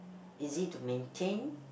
easy to maintain